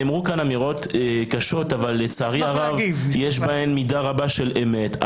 נאמרו כאן אמירות קשות אבל לצערי הרב יש בהן מידה רבה של אמת.